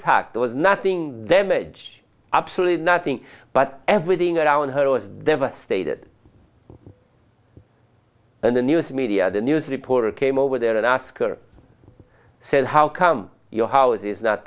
tact there was nothing them edge absolutely nothing but everything around her was devastated and the news media the news reporter came over there and asked her said how come your house is not